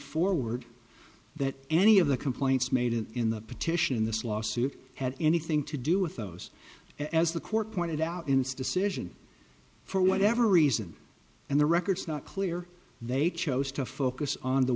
forward that any of the complaints made it in the petition in this lawsuit had anything to do with those as the court pointed out insta cision for whatever reason and the records not clear they chose to focus on the